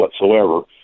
whatsoever